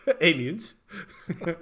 aliens